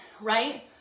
right